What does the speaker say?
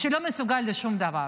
שלא מסוגל לשום דבר,